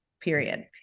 period